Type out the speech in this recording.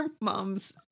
mom's